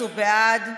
בעד,